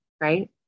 right